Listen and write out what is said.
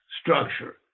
structure